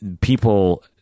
people